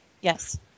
Yes